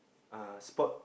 uh sport